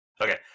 Okay